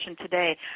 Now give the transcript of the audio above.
today